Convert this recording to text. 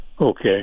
Okay